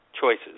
choices